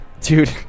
Dude